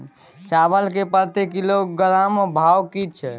चावल के प्रति किलोग्राम भाव की छै?